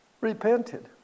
repented